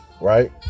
Right